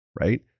right